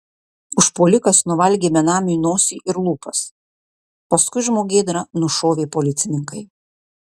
užpuolikas nuvalgė benamiui nosį ir lūpas paskui žmogėdrą nušovė policininkai